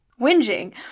Whinging